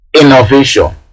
innovation